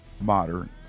modern